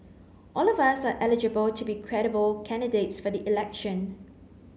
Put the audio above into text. all of us are eligible to be credible candidates for the election